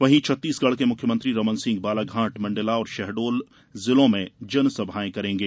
वहीं छत्तीसगढ़ के मुख्यमंत्री रमनसिंह बालाघाट मंडला और शहडोल जिलों में जनसभाएं करेंगे